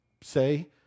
say